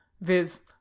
viz